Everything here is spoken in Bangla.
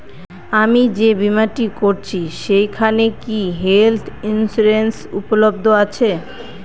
আমি যে বীমাটা করছি সেইখানে কি হেল্থ ইন্সুরেন্স উপলব্ধ আছে?